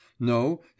no